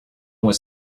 was